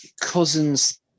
cousins